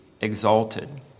exalted